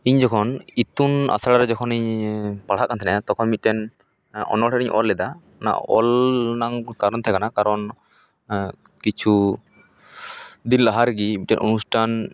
ᱤᱧ ᱡᱚᱠᱷᱚᱱ ᱤᱛᱩᱱ ᱟᱥᱟᱲᱟ ᱡᱚᱠᱷᱚᱱ ᱤᱧ ᱯᱟᱲᱦᱟᱜ ᱠᱟᱱ ᱛᱟᱦᱮᱸᱱᱟ ᱛᱚᱠᱷᱚᱱ ᱢᱤᱫᱴᱮᱱ ᱚᱱᱚᱲᱦᱮᱸ ᱤᱧ ᱚᱞ ᱞᱮᱫᱟ ᱚᱱᱟ ᱚᱞ ᱨᱮᱱᱟᱜ ᱠᱟᱨᱚᱱ ᱛᱟᱦᱮᱸ ᱠᱟᱱᱟ ᱠᱟᱨᱚᱱ ᱠᱤᱪᱷᱩ ᱫᱤᱱ ᱞᱟᱦᱟ ᱨᱮᱜᱮ ᱚᱱᱩᱥᱴᱷᱟᱱ